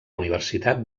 universitat